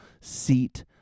seat